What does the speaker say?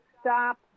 stop